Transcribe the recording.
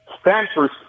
Stanford